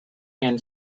can